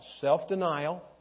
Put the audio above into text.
Self-denial